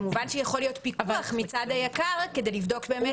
כמובן שיכול להיות פיקוח מצד היק"ר כדי באמת לבדוק.